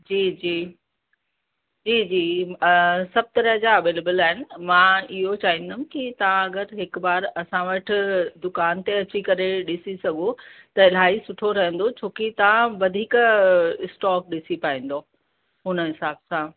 जी जी जी जी सभ तरह जा अवेलेबल आहिनि मां इहो चाहींदुम की तव्हां अगरि हिकु बार असां वटि दुकान ते अची करे ॾिसी सघो त इलाही सुठो रहंदो छोकी तव्हां वधीक स्टॉक ॾिसी पाईंदव हुन हिसाब सां